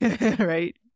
Right